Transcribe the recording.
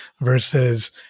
versus